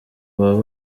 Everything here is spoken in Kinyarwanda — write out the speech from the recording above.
baba